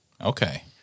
Okay